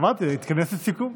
אמרתי: להתכנס לסיכום.